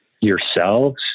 yourselves